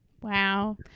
wow